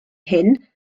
hyn